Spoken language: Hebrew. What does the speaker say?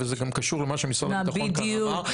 וזה קשור גם למה שמשרד הביטחון כאן אמר.